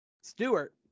Stewart